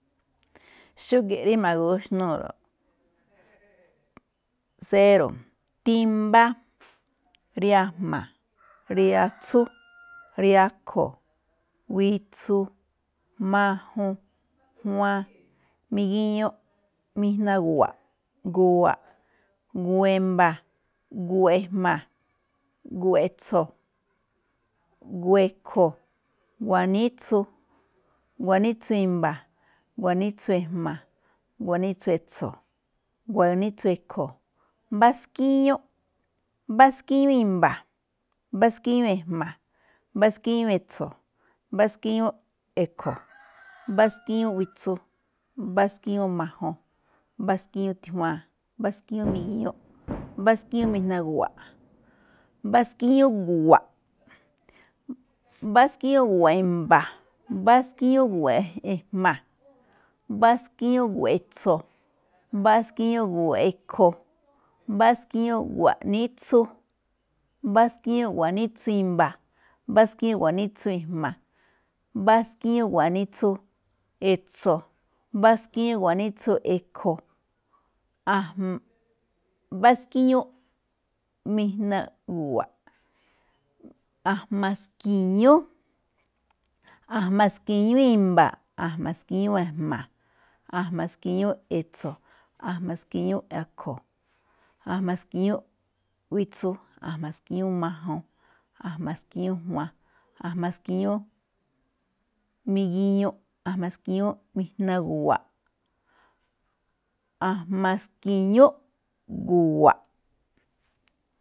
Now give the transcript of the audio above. Xúge̱ꞌ rí ma̱gúxnúulo̱ꞌ, séro̱, timbá, riajma̱, riatsú, riakho̱, wuitsu, majuun, juaan, migiñuꞌ, mijna gu̱wa̱ꞌ, gu̱wa̱ꞌ, gu̱wa̱ꞌ e̱mba̱, gu̱wa̱ e̱jma̱, gu̱wa̱ꞌ e̱tso̱, gu̱wa̱ꞌ e̱kho̱, gu̱wa̱ꞌ nítsu, gu̱wa̱ꞌ nítsu i̱mba̱, gu̱wa̱ꞌ nítsú e̱jma, gu̱wa̱ꞌ nítsu e̱tso̱, gu̱wa̱ꞌ nítsu e̱kho̱, mbá skíñúꞌ, mbá skíñúꞌ i̱mba̱, mbá skíñúꞌ e̱jma̱, mbá skíñúꞌ e̱tso̱, mbá skíñúꞌ e̱kho̱, mbá skíñúꞌ witsu, mbá skíñúꞌ majuun, mbá skíñúꞌ tijuaan, mbá skíñúꞌ migiñuꞌ, mbá skíñúꞌ mijna̱ gu̱wa̱ꞌ, mbá skíñúꞌ gu̱wa̱ꞌ, mbá skíñúꞌ gu̱wa̱ꞌ e̱mba̱, mbá skíñúꞌ gu̱wa̱ꞌ e̱jma̱, mbá skíñúꞌ gu̱wa̱ꞌ e̱tso̱, mbá skíñúꞌ gu̱wa̱ꞌ e̱kho̱, mbá skíñúꞌ gu̱wa̱ꞌ niꞌtsu, mbá skíñúꞌ gu̱wa̱ꞌ nítsu e̱mba̱, mbá skíñúꞌ gu̱wa̱ꞌ nítsu e̱jma̱, mbá skíñúꞌ gu̱wa̱ꞌ nítsu e̱tso̱, mbá skíñúꞌ gu̱wa̱ꞌ nítsu e̱kho̱, mbá skíñúꞌ mijna gu̱wa̱ꞌ, a̱jma̱ ski̱ñú, a̱jma̱ ski̱ñú i̱mba̱, a̱jma̱ ski̱ñú e̱jma̱, a̱jma̱ ski̱ñú e̱tso̱, a̱jma̱ ski̱ñú akho̱, a̱jma̱ ski̱ñú witsu, a̱jma̱ ski̱ñú majuun, a̱jma̱ ski̱ñú juaan, a̱jma̱ ski̱ñú migiñuuꞌ, a̱jma̱ ski̱ñú mijna gu̱wa̱ꞌ, a̱jma̱ ski̱ñú gu̱wa̱ꞌ.